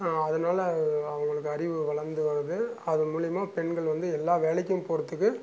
அதனால அவங்களுக்கு அறிவு வளர்ந்து வருது அதன் மூலயமா பெண்கள் வந்து எல்லா வேலைக்கும் போகிறத்துக்கு